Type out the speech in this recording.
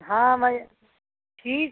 हाँ मैं ठीक